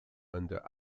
under